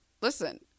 listen